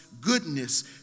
goodness